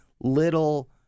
little